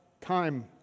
time